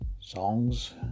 songs